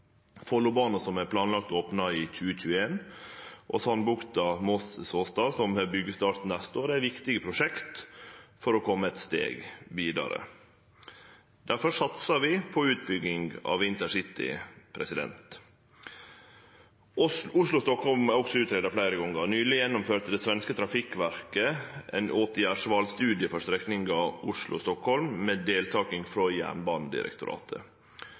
Follobanen, som er planlagd opna i 2021, og Sandbukta–Moss–Såstad, som har byggjestart neste år, er viktige prosjekt for å kome eit steg vidare. Difor satsar vi på utbygging av InterCity. Oslo–Stockholm er også greidd ut fleire gonger. Nyleg gjennomførte det svenske Trafikverket ein «åtgärdsvalsstudie» for strekninga Oslo–Stockholm, med deltaking frå Jernbanedirektoratet. Utgreiinga synleggjer potensialet, men viser også at det vil krevje betydelege investeringar. Samferdselsdepartementet har også gitt Jernbanedirektoratet